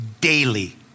daily